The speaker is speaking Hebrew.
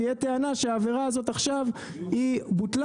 תהיה טענה שהעבירה הזאת עכשיו היא בוטלה